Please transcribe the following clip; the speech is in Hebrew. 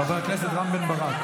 חבר הכנסת רם בן ברק.